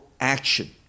action